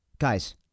Guys